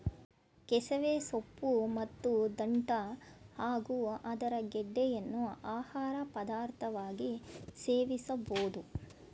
ಕೆಸವೆ ಸೊಪ್ಪು ಮತ್ತು ದಂಟ್ಟ ಹಾಗೂ ಅದರ ಗೆಡ್ಡೆಯನ್ನು ಆಹಾರ ಪದಾರ್ಥವಾಗಿ ಸೇವಿಸಬೋದು